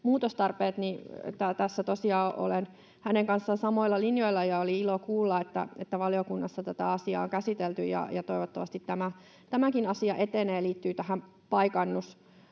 lainsäädäntömuutostarpeet, niin tässä tosiaan olen hänen kanssaan samoilla linjoilla, ja oli ilo kuulla, että valiokunnassa tätä asiaa on käsitelty, ja toivottavasti tämäkin asia etenee liittyen paikantamisen